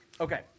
Okay